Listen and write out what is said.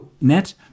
net